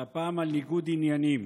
והפעם על ניגוד עניינים.